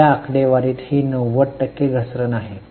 त्या आकडेवारीत ही 90 टक्के घसरण आहे